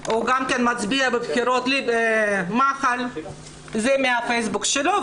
גם הוא מצביע בבחירות מח"ל, זה מהפייסבוק שלו.